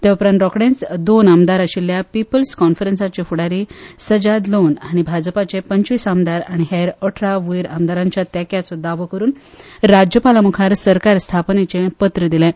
ते उपरांत रोखडेच दोन आमदार आशिल्ल्या पिपल्स कॉन्फरन्सचे फूडारी सजाद लोन हांणी भाजपाचे पंचवीस आमदार आनी हेर अठरा वयर आमदारांच्या तेंक्याचो दावो करून राज्यपालां मुखार सरकार स्थापनेचे पत्र दिलें